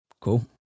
Cool